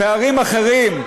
פערים אחרים,